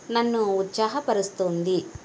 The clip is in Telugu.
నన్ను ఉత్సాహపరుస్తోంది